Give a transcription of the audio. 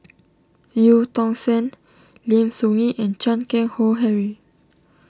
Eu Tong Sen Lim Soo Ngee and Chan Keng Howe Harry